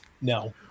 No